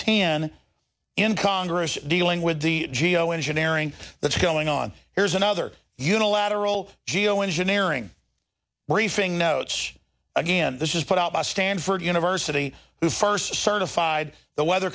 ten in congress dealing with the geo engineering that's going on here's another unilateral geoengineering briefing notes again this was put out by stanford university who first certified the weather